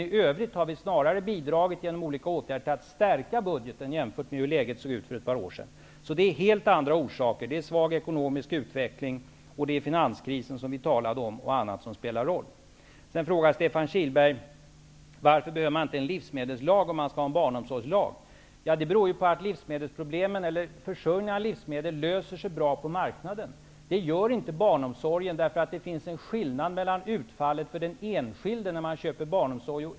I övrigt har vi snarare bidragit till att stärka budgeten genom olika åtgärder, jämfört med hur läget såg ut för ett par år sedan. Orsa kerna är alltså helt andra, nämligen svag ekono misk utveckling, finanskris och annat som spelat in. Stefan Kihlberg frågar varför man inte behöver en livsmedelslag, om man behöver en barnom sorgslag. Det beror på att problemen med försörj ningen av livsmedel löser sig bra på marknaden. Så är det inte när det gäller barnomsorgen. Det finns nämligen en skillnad i utfallet för den en skilde vid köp av barnomsorg.